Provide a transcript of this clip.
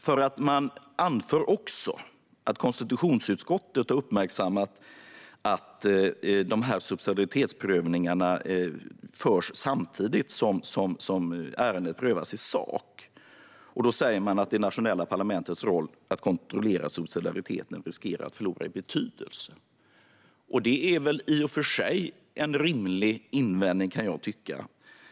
Man anför nämligen också att konstitutionsutskottet har uppmärksammat att subsidiaritetsprövningarna görs samtidigt som ärenden prövas i sak, och man säger att de nationella parlamentens roll att kontrollera subsidiariteten riskerar att förlora i betydelse. Det är i och för sig en rimlig invändning, kan jag tycka.